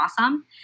awesome